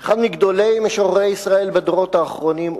אחד מגדולי משוררי ישראל בדורות האחרונים,